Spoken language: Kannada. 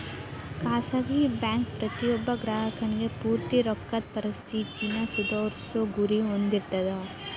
ಖಾಸಗಿ ಬ್ಯಾಂಕ್ ಪ್ರತಿಯೊಬ್ಬ ಗ್ರಾಹಕನಿಗಿ ಪೂರ್ತಿ ರೊಕ್ಕದ್ ಪರಿಸ್ಥಿತಿನ ಸುಧಾರ್ಸೊ ಗುರಿ ಹೊಂದಿರ್ತಾವ